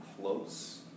close